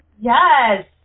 Yes